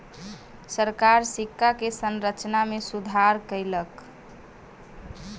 सरकार सिक्का के संरचना में सुधार कयलक